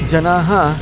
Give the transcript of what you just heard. जनाः